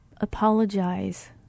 apologize